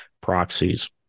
proxies